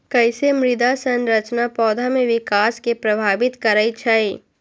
कईसे मृदा संरचना पौधा में विकास के प्रभावित करई छई?